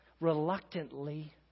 reluctantly